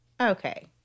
Okay